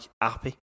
happy